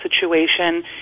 situation